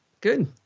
Good